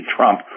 Trump